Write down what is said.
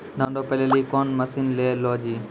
धान रोपे लिली कौन मसीन ले लो जी?